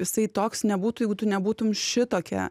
jisai toks nebūtų jeigu tu nebūtum šitokia